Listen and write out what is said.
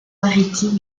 maritime